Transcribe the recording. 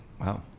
Wow